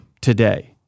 today